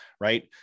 right